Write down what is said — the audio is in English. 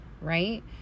right